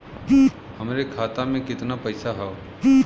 हमरे खाता में कितना पईसा हौ?